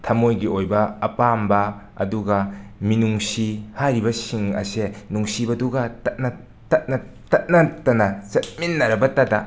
ꯊꯝꯃꯣꯏꯒꯤ ꯑꯣꯏꯕ ꯑꯄꯥꯝꯕ ꯑꯗꯨꯒ ꯃꯤꯅꯨꯡꯁꯤ ꯍꯥꯏꯔꯤꯕꯁꯤꯡ ꯑꯁꯦ ꯅꯨꯡꯁꯤꯕꯗꯨꯒ ꯇꯠꯅ ꯇꯠꯅ ꯇꯠꯅ ꯇꯅ ꯆꯠꯃꯤꯟꯅꯔꯕꯇꯗ